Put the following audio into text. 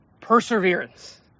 Perseverance